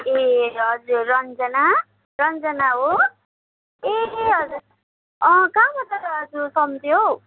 ए हजुर रन्जना रन्जना हो ए हजुर अँ कहाँबाट आज सम्झ्यो हौ